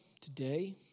today